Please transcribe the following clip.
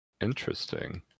Interesting